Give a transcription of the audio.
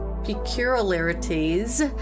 peculiarities